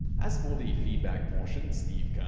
as for the feedback portion, steve kerr,